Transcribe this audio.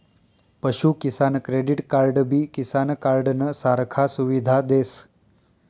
पशु किसान क्रेडिट कार्डबी किसान कार्डनं सारखा सुविधा देस